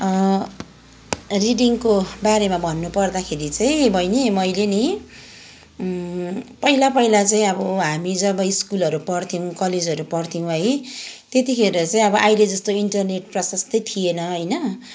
रिडिङको बारेमा भन्नु पर्दाखेरि चाहिँ बहिनी मैले नि पहिला पहिला चाहिँ अब हामी जब स्कुलहरू पढ्थ्यौँ कलेजहरू पढ्थ्यौँ है त्यतिखेर चाहिँ अब अहिले जस्तो इन्टरनेट प्रशस्तै थिएन होइन